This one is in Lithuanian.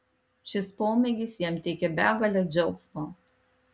šis pomėgis jam teikia begalę džiaugsmo